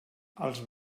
els